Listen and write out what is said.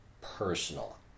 personal